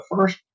first